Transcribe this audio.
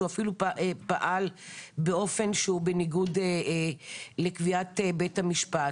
שהוא אפילו פעל באופן שהוא בניגוד לקביעת בית המשפט.